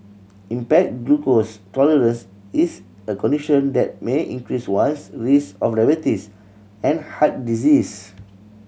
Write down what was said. impaired glucose tolerance is a condition that may increase one's risk of diabetes and heart disease